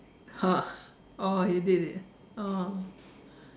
!huh! oh you did it oh